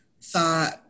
thought